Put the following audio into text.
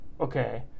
okay